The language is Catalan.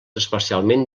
especialment